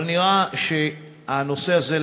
אבל נראה שהנושא הזה,